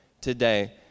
today